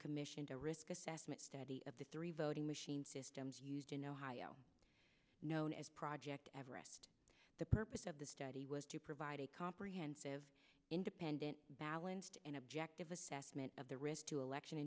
commissioned a risk assessment study of the three voting machines systems used in ohio known as project everest the purpose of the study was to provide a comprehensive independent balanced and objective assessment of the risk to elect